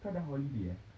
kau dah holiday eh